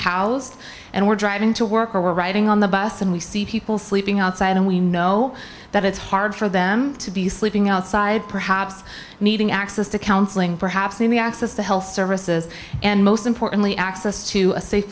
housed and we're driving to work or we're riding on the bus and we see people sleeping outside and we know that it's hard for them to be sleeping outside perhaps needing access to counseling perhaps in the access to health services and most importantly access to a safe